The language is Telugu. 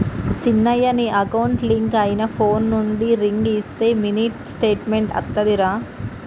సిన్నయ నీ అకౌంట్ లింక్ అయిన ఫోన్ నుండి రింగ్ ఇస్తే మినీ స్టేట్మెంట్ అత్తాదిరా